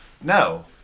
No